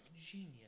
genius